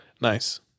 Nice